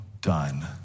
done